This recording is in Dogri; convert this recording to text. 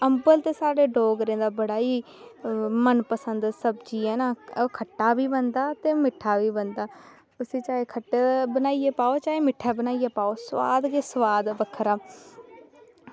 अम्बल ते साढ़े डोगरें दा बड़ा ई मनपसंद सब्ज़ी ऐ ना खट्टा बी बनदा ते मिट्ठा बी बनदा उसी चाह् खट्टा पाइयै बनाओ चाहे मिट्ठा पाइयै बनाओ ते सोआद गै बक्खरा